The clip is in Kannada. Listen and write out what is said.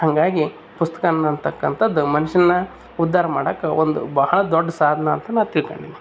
ಹಂಗಾಗಿ ಪುಸ್ತಕ ಅಂತಕ್ಕಂಥದು ಮನುಷ್ಯನ ಉದ್ದಾರ ಮಾಡೋಕೆ ಒಂದು ಬಹಳ ದೊಡ್ಡ ಸಾಧನ ಅಂತ ನಾ ತಿಳ್ಕೊಂಡಿನಿ